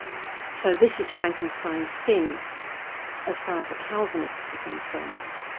so this is frankenstein's sin as far as the calvinists are concerned.